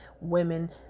women